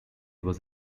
was